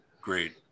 Great